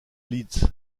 leeds